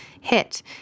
Hit